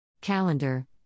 Calendar